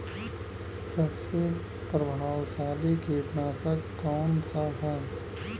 सबसे प्रभावशाली कीटनाशक कउन सा ह?